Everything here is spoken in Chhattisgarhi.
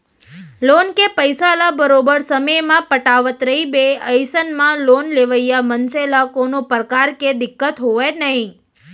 लोन के पइसा ल बरोबर समे म पटावट रहिबे अइसन म लोन लेवइया मनसे ल कोनो परकार के दिक्कत होवय नइ